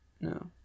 no